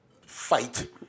fight